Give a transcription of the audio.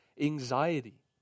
anxiety